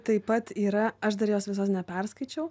taip pat yra aš dar jos visos neperskaičiau